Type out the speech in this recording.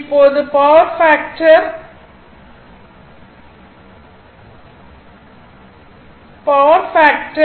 இப்போது power factor 0